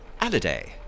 Alliday